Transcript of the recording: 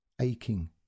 aching